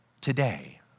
today